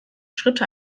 schritte